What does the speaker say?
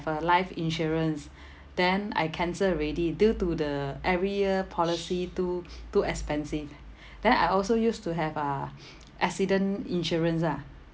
uh life insurance then I cancel already due to the every year policy too too expensive then I also used to have uh accident insurance ah